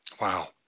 Wow